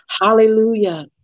Hallelujah